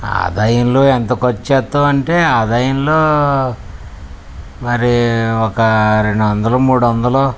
ఆదాయంలో ఎంత ఖర్చు చేస్తాము అంటే ఆదాయంలో మరి ఒక రెండు వందలు మూడు వందలు